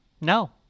No